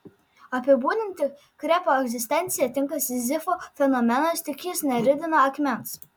apibūdinti krepo egzistenciją tinka sizifo fenomenas tik jis neridena akmens